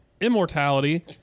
immortality